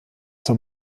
zur